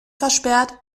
versperrt